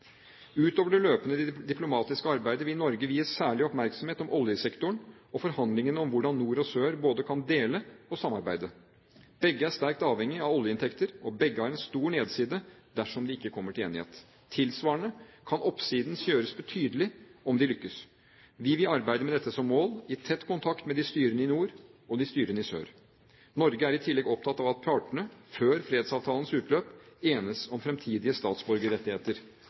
Utover det løpende diplomatiske arbeidet vil Norge vie særlig oppmerksomhet om oljesektoren og forhandlingene om hvordan nord og sør både kan dele og samarbeide. Begge er sterkt avhengig av oljeinntekter, og begge har en stor nedside dersom de ikke kommer til enighet. Tilsvarende kan oppsiden gjøres tydelig om de lykkes. Vi vil arbeide med dette som mål i tett kontakt med de styrende i nord og de styrende i sør. Norge er i tillegg opptatt av at partene før fredsavtalens utløp enes om fremtidige statsborgerrettigheter.